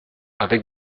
avec